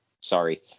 Sorry